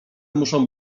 muszą